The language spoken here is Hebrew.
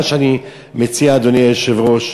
מה שאני מציע, אדוני היושב-ראש,